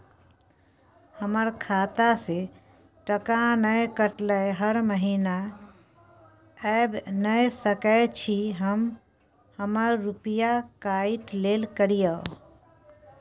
हमर खाता से टका नय कटलै हर महीना ऐब नय सकै छी हम हमर रुपिया काइट लेल करियौ?